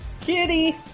Kitty